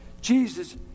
Jesus